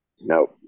No